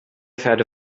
verehrte